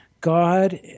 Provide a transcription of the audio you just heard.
God